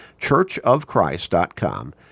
Churchofchrist.com